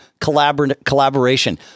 collaboration